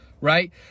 right